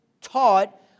taught